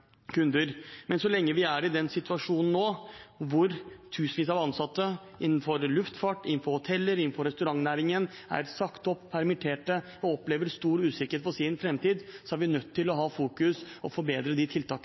kunder. Men så lenge vi er i den situasjonen vi er i nå, der tusenvis av ansatte innenfor luftfart, hotell- og restaurantnæringen er sagt opp eller permittert og opplever stor usikkerhet for sin framtid, er vi nødt til å fokusere på å forbedre de tiltakene